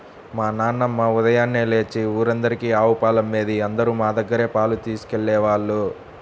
మా నాన్నమ్మ ఉదయాన్నే లేచి ఊరందరికీ ఆవు పాలమ్మేది, అందరూ మా దగ్గరే పాలు తీసుకెళ్ళేవాళ్ళు